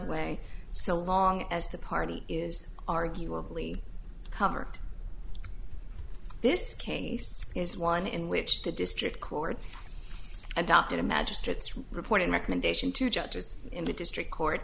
way so long as the party is arguably covered this case is one in which the district court adopted a magistrate's report and recommendation to judges in the district court